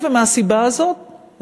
מהסיבה הזאת,